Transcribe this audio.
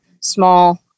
small